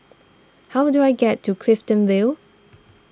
how do I get to Clifton Vale